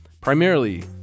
primarily